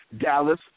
Dallas